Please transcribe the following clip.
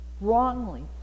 wrongly